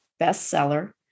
bestseller